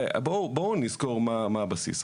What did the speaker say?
בואו נזכור מה הבסיס.